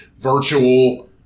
virtual